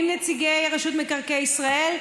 עם נציגי רשות מקרקעי ישראל,